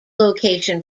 location